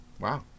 wow